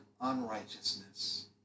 unrighteousness